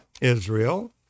Israel